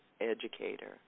educator